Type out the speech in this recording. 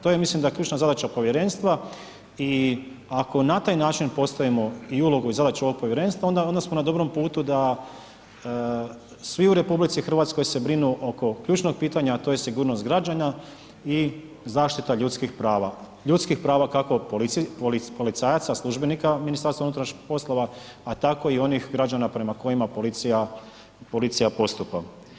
To je mislim ključna zadaća povjerenstva i ako na taj način postavimo i ulogu i zadaću ovog povjerenstva onda smo na dobrom putu da svi u RH se brinu oko ključnog pitanja, a to je sigurnost građana i zaštita ljudskih prava, ljudskih prava kako policajaca službenika u MUP-u, a tako i onih građana prema kojima policija postupa.